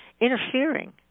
interfering